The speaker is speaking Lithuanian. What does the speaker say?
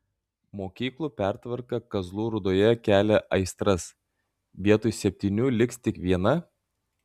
mokyklų pertvarka kazlų rūdoje kelia aistras vietoj septynių liks tik viena